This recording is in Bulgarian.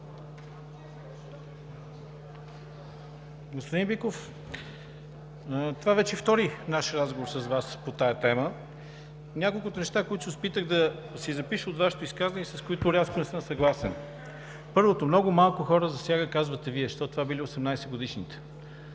Господин Биков, това вече е втори наш разговор с Вас по тази тема. Няколко неща, които се опитах да си запиша от Вашето изказване и с които рязко не съм съгласен. Първо, много малко хора засяга, казвате Вие, защото това били 18-годишните.